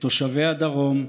את תושבי הדרום,